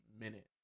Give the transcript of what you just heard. minute